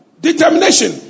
Determination